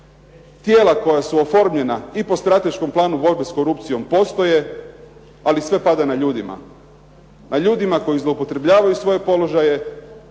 tijela koja su oformljena i po strateškom planu borbe s korupcijom postoje ali sve pada na ljudima, ljudima koji zloupotrebljavaju svoje položaje